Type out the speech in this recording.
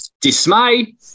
dismay